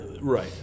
Right